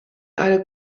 eine